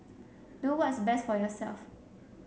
do what's best for yourself